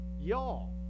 y'all